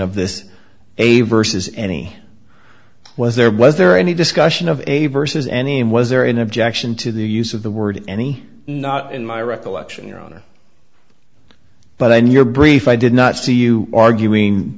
of this a versus any was there was there any discussion of a versus any and was there an objection to the use of the word any not in my recollection your honor but on your brief i did not see you arguing